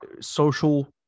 social